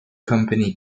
company